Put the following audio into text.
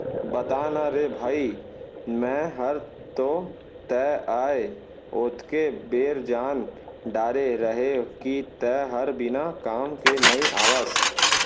बता ना रे भई मैं हर तो तैं आय ओतके बेर जान डारे रहेव कि तैं हर बिना काम के नइ आवस